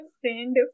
friend